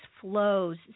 flows